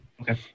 Okay